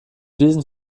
diesen